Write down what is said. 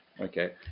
okay